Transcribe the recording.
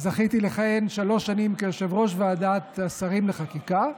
וזכיתי לכהן שלוש שנים כיושב-ראש ועדת השרים לחקיקה,